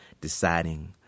deciding